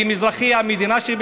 כי הם אזרחי המדינה,